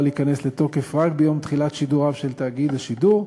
להיכנס לתוקף רק ביום תחילת שידוריו של תאגיד השידור.